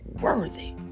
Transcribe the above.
worthy